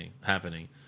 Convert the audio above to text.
happening